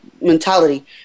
mentality